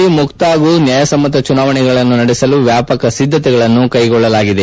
ಹರಿಯಾಣದಲ್ಲಿ ಮುಕ್ತ ಹಾಗೂ ನ್ಯಾಯಸಮ್ಮತ ಚುನಾವಣೆಗಳನ್ನು ನಡೆಸಲು ವ್ಯಾಪಕ ಸಿದ್ದತೆಗಳನ್ನು ಕೈಗೊಳ್ಳಲಾಗಿದೆ